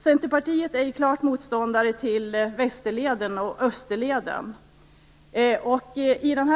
Centerpartiet är klart motståndare till Österleden och Västerleden.